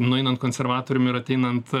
nueinant konservatoriam ir ateinant